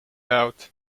out